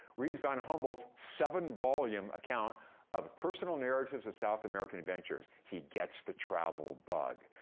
reads von humboldt's seven-volume account of personal narratives of south american adventures. he gets the travel bug.